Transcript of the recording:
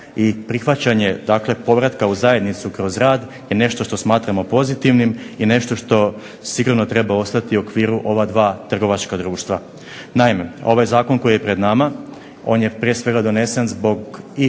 i prihvaćanje povratka u zajednicu kroz rad je nešto što smatramo pozitivnim i nešto što sigurno treba ostati u okviru ova dva trgovačka društva. Naime, ovaj zakon koji je pred nama, on je prije svega donesen i